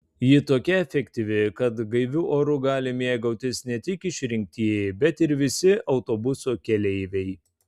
ji tokia efektyvi kad gaiviu oru gali mėgautis ne tik išrinktieji bet ir visi autobuso keleiviai